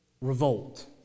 Revolt